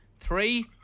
Three